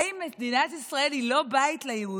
האם מדינת ישראל היא לא בית ליהודים?